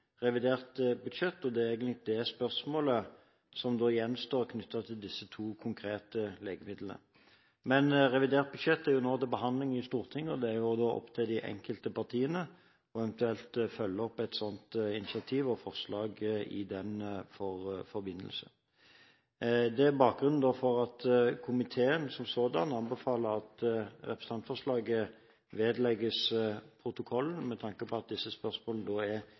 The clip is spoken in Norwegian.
revidert budsjett. Det er egentlig det spørsmålet som gjenstår knyttet til disse to konkrete legemidlene. Men revidert budsjett er nå til behandling i Stortinget, og det er opp til de enkelte partiene eventuelt å følge opp et slikt initiativ og forslag i den forbindelse. Dette er bakgrunnen for at komiteen som sådan anbefaler at representantforslaget vedlegges protokollen, med tanke på at disse spørsmålene nylig har vært behandlet eller er